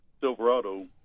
Silverado